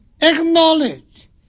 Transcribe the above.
Acknowledge